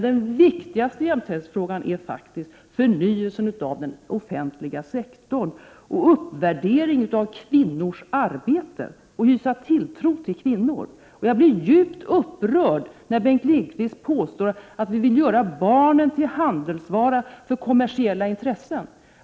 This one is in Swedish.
Den viktigaste jämställdhetsfrågan är förnyelsen av den offentliga sektorn, uppvärderingen av kvinnors arbete och tilltron till kvinnor. Jag blir djupt upprörd när Bengt Lindqvist påstår att vi vill göra barnen till handelsvaror för kommersiella intressen.